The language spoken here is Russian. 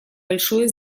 большое